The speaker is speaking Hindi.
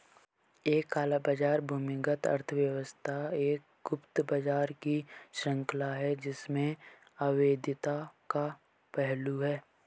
एक काला बाजार भूमिगत अर्थव्यवस्था एक गुप्त बाजार की श्रृंखला है जिसमें अवैधता का पहलू है